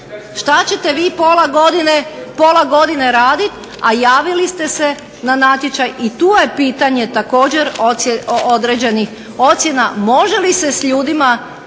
što ćete vi pola godine raditi, a javili ste se na natječaj. I tu je pitanje također određenih ocjena može li se s ljudima